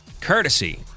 courtesy